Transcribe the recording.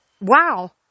Wow